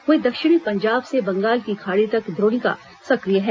वहीं दक्षिणी पंजाब से बंगाल की खाड़ी तक एक द्रोणिका सक्रिय है